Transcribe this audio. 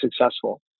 successful